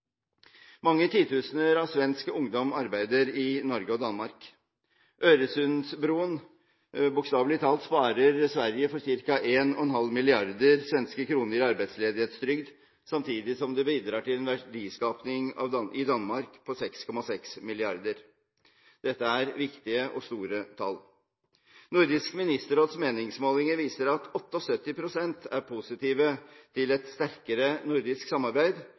Mange titusener av svensk ungdom arbeider i Norge og Danmark. Øresundsbroen sparer bokstavelig talt Sverige for ca. 1,5 mrd. svenske kroner i arbeidsledighetstrygd, samtidig som den bidrar til en verdiskaping i Danmark på 6,6 mrd. kr. Dette er viktige og store tall. Nordisk Ministerråds meningsmålinger viser at 78 pst. er positive til et sterkere nordisk samarbeid,